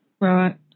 Right